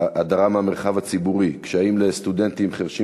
הדרה מהמרחב הציבורי וקשיים לסטודנטים חירשים